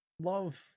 Love